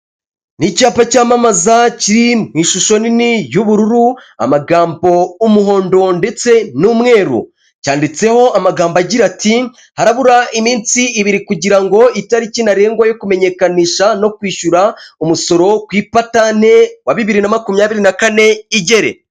Ni icyapa cyamamaza kiri ishusho nini y'ubururu, amagambo umuhondo ndetse n'umweru. Cyanditseho amagambo agira ati; harabura iminsi ibiri kugirango itariki ntarengwa yo kumenyekanisha no kwishyura umusoro ku ipatante wa bibiri na makumyabiri na kane igere.